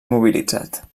mobilitzat